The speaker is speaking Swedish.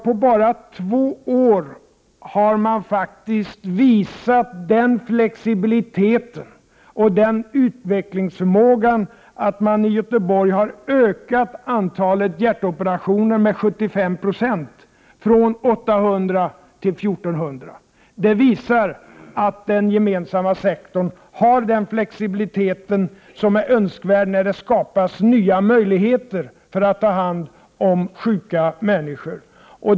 På bara två år har man faktiskt visat den utvecklingsförmågan i Göteborg att man har ökat antalet hjärtoperationer med 75 90, från 800 till 1 400. Det visar att den gemensamma sektorn har den flexibilitet som är önskvärd när det skapas nya möjligheter att ta hand om sjuka människor .